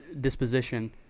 disposition